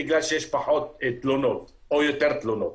בגלל שיש פחות תלונות או יותר תלונות.